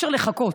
אי-אפשר לחכות.